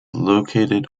located